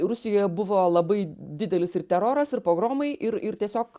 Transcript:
rusijoje buvo labai didelis ir teroras ir pogromai ir ir tiesiog